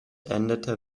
endete